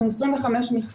אנחנו 25 משרות,